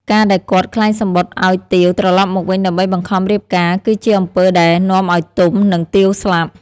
ការដែលគាត់ក្លែងសំបុត្រឲ្យទាវត្រឡប់មកវិញដើម្បីបង្ខំរៀបការ គឺជាអំពើដែលនាំឲ្យទុំ និងទាវស្លាប់។